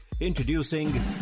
Introducing